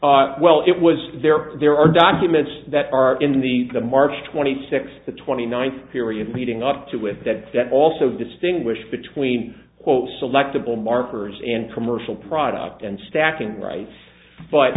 knows well it was there there are documents that are in the the march twenty sixth the twenty ninth period leading up to with that that also distinguish between quote selectable markers and commercial product and stacking rights but